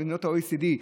במדינות ה-OECD.